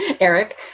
Eric